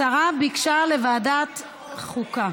השרה ביקשה לוועדת החוקה.